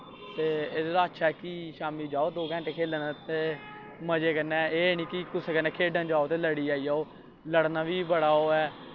ते एह्दे कोला अच्छा ऐ दो घैंटे जाओ शामींं खेलन ते मज़े कन्नै एह् निं कि खेढन जाओ ते कुसे कन्नै लड़ियै आई जाओ लड़ना बी बड़ा ओह् ऐ